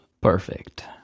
Perfect